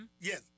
Yes